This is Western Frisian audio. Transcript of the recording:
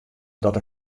dat